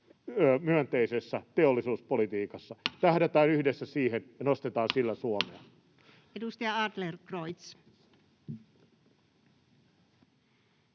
Tähdätään yhdessä siihen ja nostetaan sillä Suomea. Edustaja Adlercreutz.